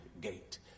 gate